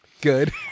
Good